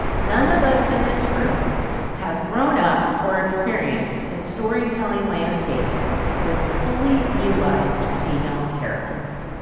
none of us in this room have grown up or experienced a storytelling landscape with fully realized female characters,